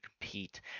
compete